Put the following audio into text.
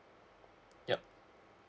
yup